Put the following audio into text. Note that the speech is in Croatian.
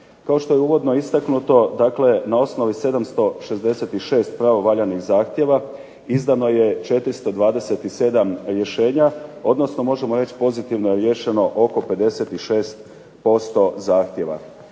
Kao što je uvodno istaknuto, dakle na osnovi 766 pravovaljanih zahtjeva izdano je 427 rješenja, odnosno možemo reći pozitivno je riješeno oko 56% zahtjeva.